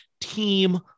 team